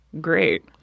Great